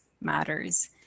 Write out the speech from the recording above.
matters